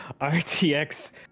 RTX